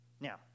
Now